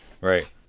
Right